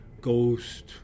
Ghost